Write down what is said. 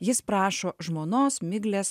jis prašo žmonos miglės